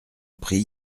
prie